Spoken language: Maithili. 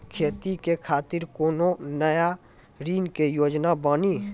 खेती के खातिर कोनो नया ऋण के योजना बानी?